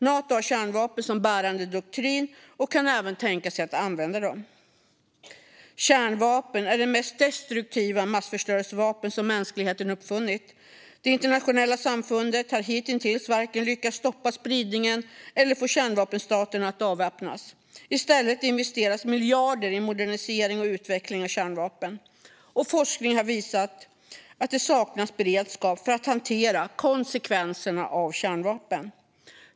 Nato har kärnvapen som en bärande doktrin och kan även tänka sig att använda dem. Kärnvapen är det mest destruktiva massförstörelsevapen som mänskligheten uppfunnit. Det internationella samfundet har hitintills varken lyckats stoppa spridningen eller fått kärnvapenstaterna att avväpnas. I stället investeras miljarder i modernisering och utveckling av kärnvapen. Forskning har visat att det saknas beredskap för att hantera konsekvenserna av kärnvapen.